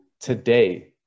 today